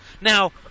Now